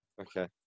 Okay